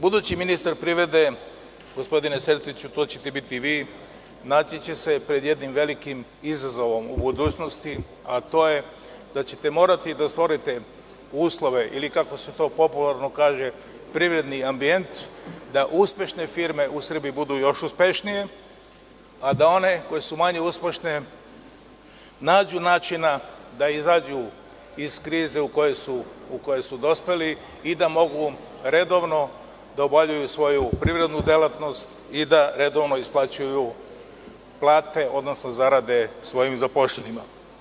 Budući ministar privrede gospodine Sertiću, to ćete biti vi naći će se pred jednim velikim izazovom u budućnosti, a to je da ćete morati da stvorite uslove ili kako se to popularno kaže – privredni ambijent, da uspešne firme u Srbiji budu još uspešnije, a da one koje su manje uspešne nađu načina da izađu iz krize u koju su dospeli i da mogu redovno da obavljaju svoju privrednu delatnost i da redovno isplaćuju plate, odnosno zarade svojim zaposlenima.